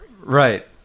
Right